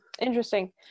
Interesting